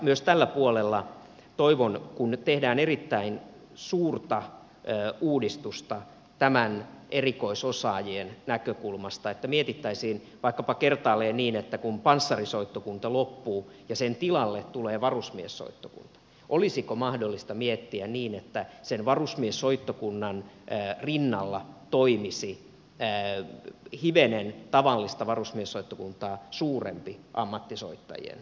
myös tällä puolella toivon kun nyt tehdään erittäin suurta uudistusta näiden erikoisosaajien näkökulmasta että mietittäisiin vaikkapa kertaalleen niin että kun panssarisoittokunta loppuu ja sen tilalle tulee varusmiessoittokunta olisiko mahdollista miettiä niin että sen varusmiessoittokunnan rinnalla toimisi hivenen tavallista varusmiessoittokuntaa suurempi ammattisoittajien joukko